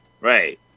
Right